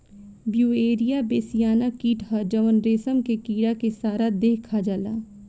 Beauveria bassiana कीट ह जवन रेशम के कीड़ा के सारा देह खा जाला